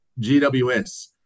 gws